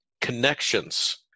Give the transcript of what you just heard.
connections